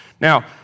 Now